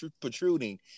protruding